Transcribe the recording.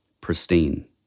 pristine